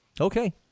Okay